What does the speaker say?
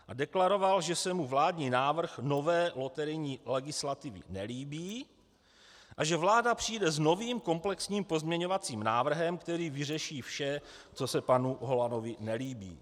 A deklaroval, že se mu vládní návrh nové loterijní legislativy nelíbí a že vláda přijde s novým komplexním pozměňovacím návrhem, který vyřeší vše, co se panu Holanovi nelíbí.